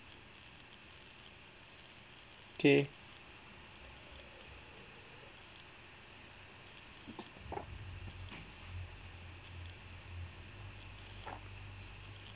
okay